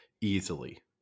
easily